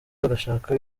bagashaka